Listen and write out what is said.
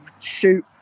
Shoot